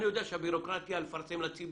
אני יודע שהביורוקרטיה לפרסם לציבור.